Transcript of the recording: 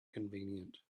convenient